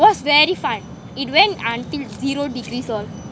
it was very fun it went until zero degrees